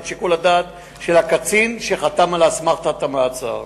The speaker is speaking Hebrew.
שיקול הדעת של הקצין שחתם על אסמכתת המעצר.